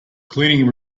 cleaning